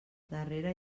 darrere